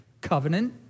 covenant